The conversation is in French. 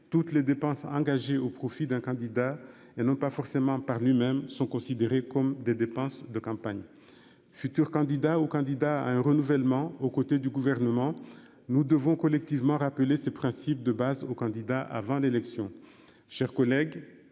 toutes les dépenses engagées au profit d'un candidat et non pas forcément par lui-même, sont considérés comme des dépenses de campagne. Futur candidat aux candidats à un renouvellement au côté du gouvernement, nous devons collectivement rappelé ces principes de base au candidat avant l'élection.